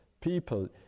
people